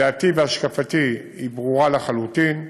דעתי והשקפתי ברורות לחלוטין,